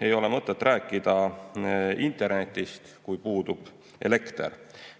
ei ole mõtet rääkida internetist, kui puudub elekter.